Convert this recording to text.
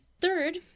Third